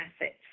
assets